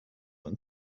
when